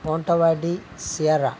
మొంటవాడి సియార